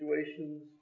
situations